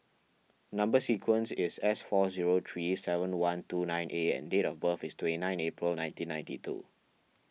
Number Sequence is S four zero three seven one two nine A and date of birth is twenty nine April nineteen ninety two